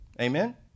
Amen